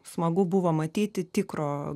smagu buvo matyti tikro